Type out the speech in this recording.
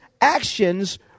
actions